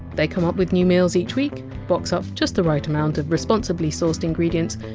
they come up with new meals each week, box up just the right amount of responsibly sourced ingredients,